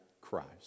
Christ